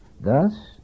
Thus